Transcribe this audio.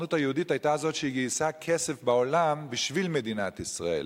הסוכנות היהודית היא שגייסה כסף בעולם בשביל מדינת ישראל.